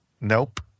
Nope